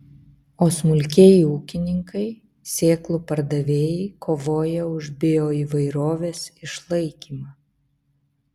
o smulkieji ūkininkai sėklų pardavėjai kovoja už bioįvairovės išlaikymą